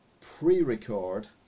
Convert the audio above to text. pre-record